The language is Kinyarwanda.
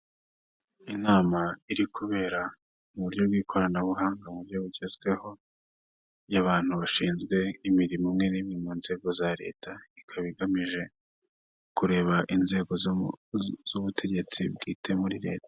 Inama iri kubera mu buryo bw'ikoranabuhanga mu buryo bugezweho, y'abantu bashinzwe imirimo imwe n'imwe mu nzego za leta, ikaba igamije kureba inzego z'ubutegetsi bwite muri leta.